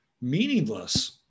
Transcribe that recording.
meaningless